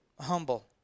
humble